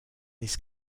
this